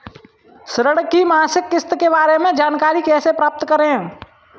ऋण की मासिक किस्त के बारे में जानकारी कैसे प्राप्त करें?